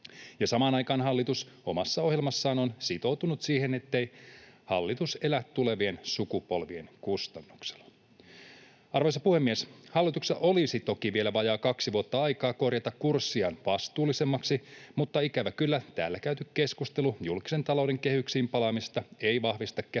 samaan aikaan hallitus omassa ohjelmassaan on sitoutunut siihen, ettei hallitus elä tulevien sukupolvien kustannuksella. Arvoisa puhemies! Hallituksessa olisi toki vielä vajaa kaksi vuotta aikaa korjata kurssiaan vastuullisemmaksi, mutta ikävä kyllä täällä käyty keskustelu julkisen talouden kehyksiin palaamisesta ei vahvista